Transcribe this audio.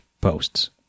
posts